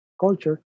culture